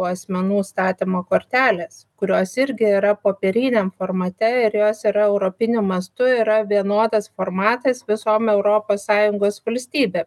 asmenų statymo kortelės kurios irgi yra popieriniam formate ir jos yra europiniu mastu yra vienodas formatas visom europos sąjungos valstybėm